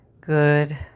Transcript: good